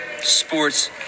sports